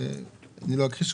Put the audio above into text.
לא אכחיש,